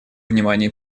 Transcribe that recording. внимание